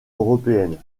européennes